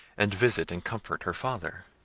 and visit and comfort her father.